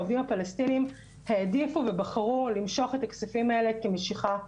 העובדים הפלסטינים העדיפו ובחרו למשוך את הכספים האלה כמשיכה הונית,